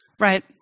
right